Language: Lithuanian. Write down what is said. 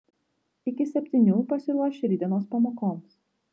iki septynių pasiruoš rytdienos pamokoms